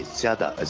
shattered